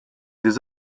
des